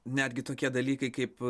netgi tokie dalykai kaip